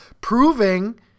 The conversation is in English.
proving